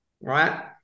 right